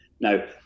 Now